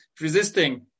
resisting